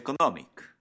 economic